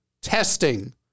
testing